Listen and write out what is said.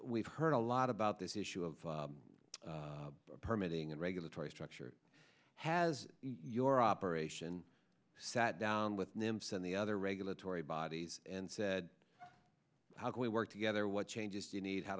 we've heard a lot about this issue of permitting and regulatory structure has your operation sat down with them said the other regulatory bodies and said how can we work together what changes do you need how